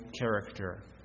character